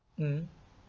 mm